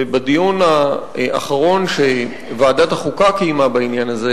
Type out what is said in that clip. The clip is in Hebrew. ובדיון האחרון שוועדת החוקה קיימה בעניין הזה,